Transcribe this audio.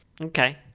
okay